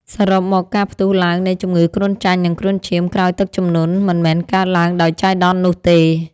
សរុបមក ការផ្ទុះឡើងនៃជំងឺគ្រុនចាញ់ និងគ្រុនឈាមក្រោយទឹកជំនន់ មិនមែនកើតឡើងដោយចៃដន្យនោះទេ